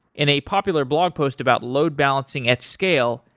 in a popular blog post about load-balancing at scale,